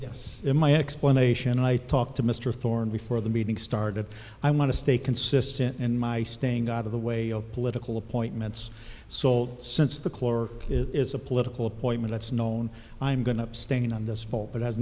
yes in my explanation i talked to mr thorne before the meeting started i want to stay consistent in my staying out of the way of political appointments so since the clerk is a political appointment it's known i'm going to abstain on this fall that has